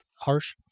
Harsh